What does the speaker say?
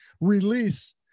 release